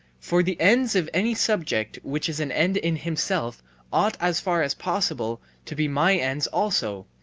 for the ends of any subject which is an end in himself ought as far as possible to be my ends also,